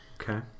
Okay